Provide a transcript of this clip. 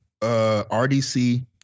RDC